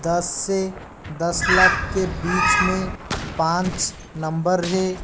दस से दस लाख के बीच में पाँच नंबर है